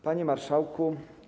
Panie Marszałku!